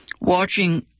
Watching